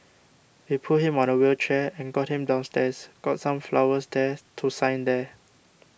we put him on a wheelchair and got him downstairs got some flowers there to sign there